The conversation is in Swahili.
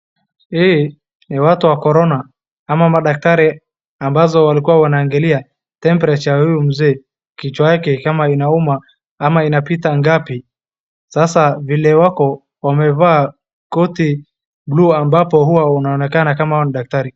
Hii ni watu wa Corona ama madaktari ambazo walikuwa wakiangalia temperature ya huyu mzee, kichwa yake kama inauma ama inapita ngapi, sasa vile wako wamevaa koti buluu ambapo huwa inaonekana kama hao ni daktari.